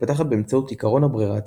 מתפתחת באמצעות עקרון הברירה הטבעית.